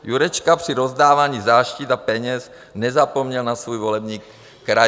Jurečka při rozdávání záštit a peněz nezapomněl na svůj volební kraj.